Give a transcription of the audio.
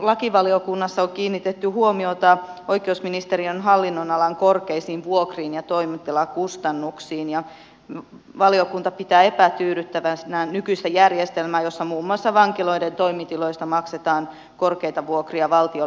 lakivaliokunnassa on kiinnitetty huomiota oikeusministeriön hallinnonalan korkeisiin vuokriin ja toimitilakustannuksiin ja valiokunta pitää epätyydyttävänä nykyistä järjestelmää jossa muun muassa vankiloiden toimitiloista maksetaan korkeita vuokria valtion liikelaitokselle